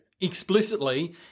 explicitly